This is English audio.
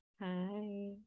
Hi